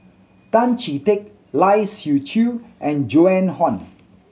Tan Chee Teck Lai Siu Chiu and Joan Hon